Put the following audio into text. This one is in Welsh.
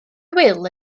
wil